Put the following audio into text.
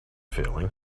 failing